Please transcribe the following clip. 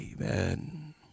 Amen